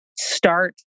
Start